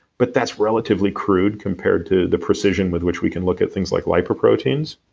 but that's relatively crude compared to the precision with which we can look at things like lipoproteins.